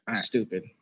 Stupid